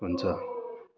हुन्छ